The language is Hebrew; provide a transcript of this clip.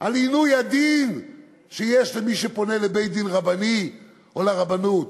על עינוי הדין שיש למי שפונה לבית-דין רבני או לרבנות.